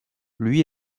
lui